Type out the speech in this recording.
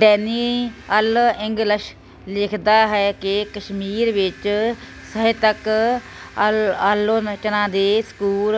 Daniel Ingalls ਲਿਖਦਾ ਹੈ ਕਿ ਕਸ਼ਮੀਰ ਵਿੱਚ ਸਾਹਿਤਕ ਆਲੋ ਆਲੋਚਨਾ ਦੇ ਸਕੂਲ